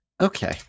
Okay